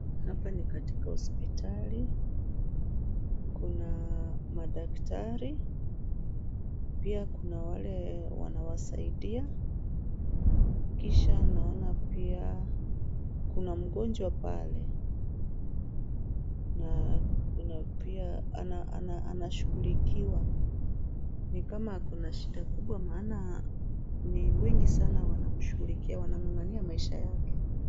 Hapa ni katika hospitali, kuna madaktari, pia kuna wale wanaowasaidia, kisha naona pia kuna mgonjwa pale. Na, kuna pia ana- ana- anashughulikiwa. Ni kama kuna shida kubwa maana ni wengi sana wanamshughulikia, wanang'ang'ania maisha yake.